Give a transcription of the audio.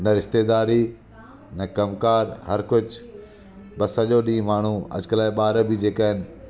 न रिस्तेदारी न कमु कार हर कुछ बसि सॼो ॾींहुं माण्हू अॼुकल्ह जा ॿा्र बि जेके आहिनि